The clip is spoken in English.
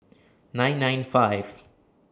nine nine five